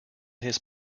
his